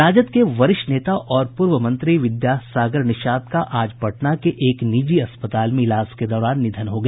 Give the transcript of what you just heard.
राजद के वरिष्ठ नेता और पूर्व मंत्री विद्यासागर निषाद का आज पटना के एक निजी अस्पताल में इलाज के दौरान निधन हो गया